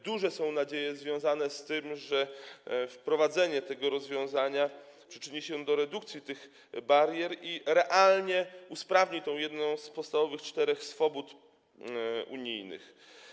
Duże są nadzieje związane z tym, że wprowadzenie tego rozwiązania przyczyni się do redukcji tych barier i realnie usprawni tę jedną z podstawowych czterech swobód unijnych.